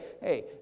hey